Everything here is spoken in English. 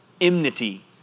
Enmity